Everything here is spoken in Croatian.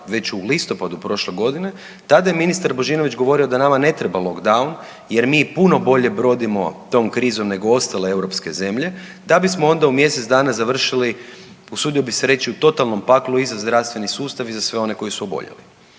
već u listopadu prošle godine, tada je ministar Božinović govorio da nama ne treba lockdown jer mi puno bolje brodimo tom krizom nego ostale EU zemlje, da bismo onda u mjesec dana završili, usudio bih se reći u totalnom paklu i za zdravstveni sustav i za sve one koji su oboljeli.